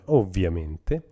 ovviamente